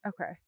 okay